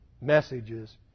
messages